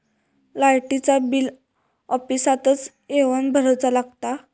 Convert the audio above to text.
लाईटाचा बिल ऑफिसातच येवन भरुचा लागता?